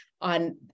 On